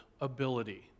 ability